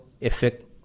effect